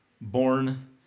born